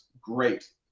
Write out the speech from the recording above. great